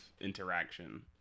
interaction